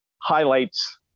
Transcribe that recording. highlights